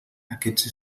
aquests